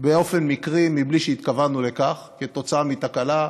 באופן מקרי, מבלי שהתכוונו לכך, כתוצאה מתקלה,